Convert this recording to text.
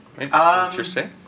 Interesting